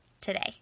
today